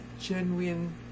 genuine